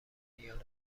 ایالت